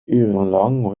urenlang